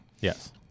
Yes